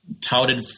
touted